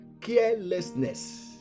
Carelessness